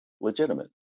legitimate